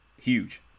huge